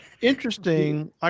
interesting